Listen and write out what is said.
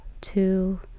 Two